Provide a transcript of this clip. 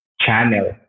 channel